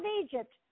Egypt